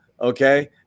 Okay